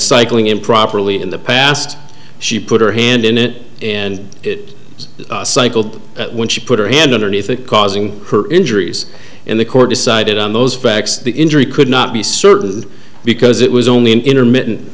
cycling improperly in the past she put her hand in it and it cycled when she put her hand underneath it causing her injuries in the court decided on those facts the injury could not be certain because it was only an intermittent